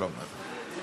שלום לך.